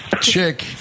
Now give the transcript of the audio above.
chick